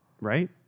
right